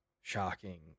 shocking